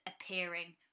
Appearing